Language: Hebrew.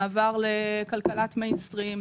מעבר לכלכלת מיינסטרים,